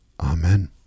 Amen